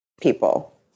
people